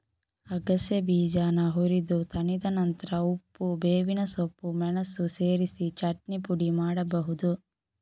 ಅಗಸೆ ಬೀಜಾನ ಹುರಿದು ತಣಿದ ನಂತ್ರ ಉಪ್ಪು, ಬೇವಿನ ಸೊಪ್ಪು, ಮೆಣಸು ಸೇರಿಸಿ ಚಟ್ನಿ ಪುಡಿ ಮಾಡ್ಬಹುದು